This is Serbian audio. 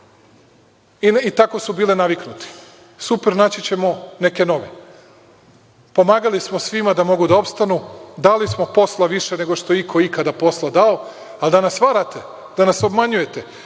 i tako su bile naviknute. Super, naći ćemo neke nove. Pomagali smo svima da mogu da opstanu, dali smo posla više nego što je iko ikada posla dao, a da nas varate, da nas obmanjujete,